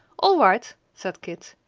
all right, said kit.